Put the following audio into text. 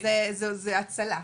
זה הצלה,